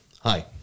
hi